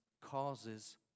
causes